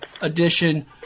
edition